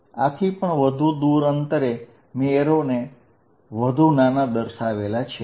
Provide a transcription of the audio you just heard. આથી પણ વધુ દુર અંતરે મે એરોને નાના દર્શાવેલા છે